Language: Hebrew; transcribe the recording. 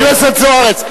חברת הכנסת זוארץ.